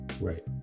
Right